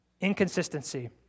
Inconsistency